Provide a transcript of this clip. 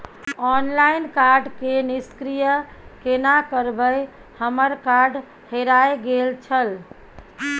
Online card के निष्क्रिय केना करबै हमर कार्ड हेराय गेल छल?